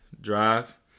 Drive